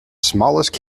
smallest